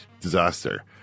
disaster